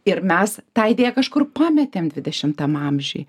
ir mes tą idėją kažkur pametėm dvidešimtam amžiuj